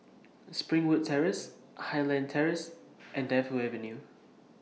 Springwood Terrace Highland Terrace and Defu Avenue